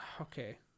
okay